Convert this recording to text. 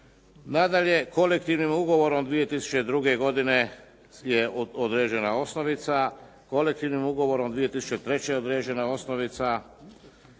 Nadalje, kolektivnim ugovorom 2002. godine je određena osnovica, kolektivnim ugovorom od 2003. je određena osnovica,